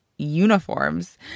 uniforms